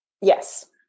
Yes